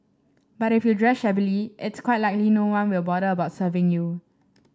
but if you dress shabbily it's quite likely no one will bother about serving you